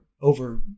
over